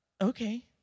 okay